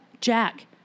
Jack